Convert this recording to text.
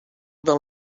del